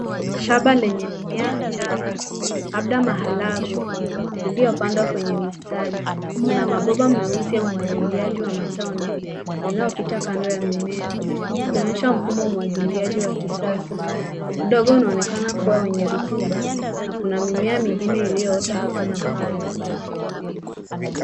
Shamba lenye mimea michanga labda maharagwe iliopandwa. kwenye mistari kuna mapomba ya umwagiliaji wa matone yanayopita kando ya mimea ikionyesha mfumo wa umwagiliaji wa kisasa, Udongo unaonekana kuwa wenye rutuba na kuna mimea mingine iliyoota hapa na pale.